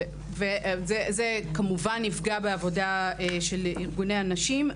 וזה כמובן יפגע בעבודה של ארגוני הנשים.